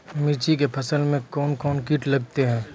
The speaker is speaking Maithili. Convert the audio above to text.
मिर्ची के फसल मे कौन कौन कीट लगते हैं?